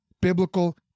biblical